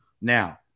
Now